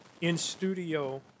in-studio